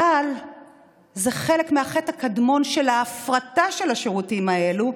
אבל זה חלק מהחטא הקדמון של ההפרטה של השירותים האלה,